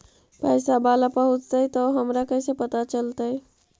पैसा बाला पहूंचतै तौ हमरा कैसे पता चलतै?